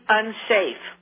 unsafe